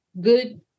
good